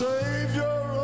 Savior